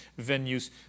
Venues